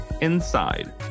inside